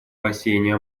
бассейне